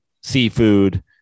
seafood